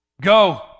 Go